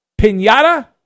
pinata